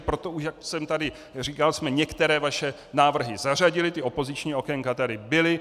Proto, jak jsem tady už říkal, jsme některé vaše návrhy zařadili, opoziční okénka tady byla.